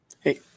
hey